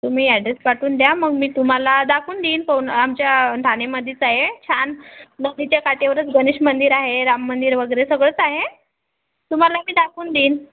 तुम्ही ॲड्रेस पाठवून द्या मग मी तुम्हाला दाखून देईन पोवन आमच्या ठाणेमध्येच आहे छान नदीच्या काठावरच गणेश मंदिर आहे राम मंदिर वगैरे सगळंच आहे तुम्हाला मी दाखवून देईन